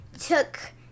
took